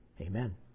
Amen